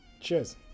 Cheers